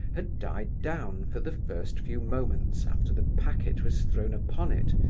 had died down for the first few moments after the packet was thrown upon it.